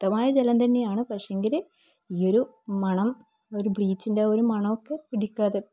ശുദ്ധമായ ജലം തന്നെയാണ് പക്ഷേങ്കില് ഈ ഒരു മണം ഒരു ബ്ലീച്ചിൻ്റെ ഒരു മണമൊക്കെ പിടിക്കാതെ